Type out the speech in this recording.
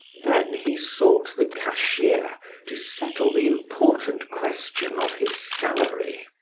then he sought the cashier to settle the important question of his salary.